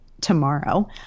tomorrow